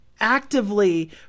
actively